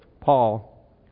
Paul